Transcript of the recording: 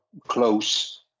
close